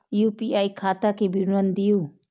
UPI खाता के विवरण दिअ?